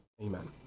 amen